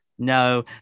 No